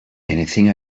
anything